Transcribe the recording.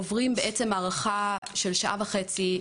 הוא עובר הערכה של שעה וחצי,